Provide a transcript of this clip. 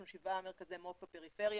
יש לנו שבעה מרכזי מו"פ בפריפריה,